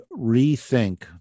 rethink